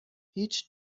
هیچ